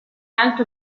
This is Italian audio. alto